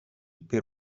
per